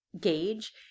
gauge